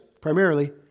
primarily